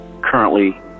currently